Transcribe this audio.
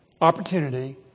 opportunity